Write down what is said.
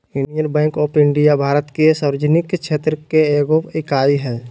union Bank of India Bharat के सार्वजनिक क्षेत्र के एगो इकाई हइ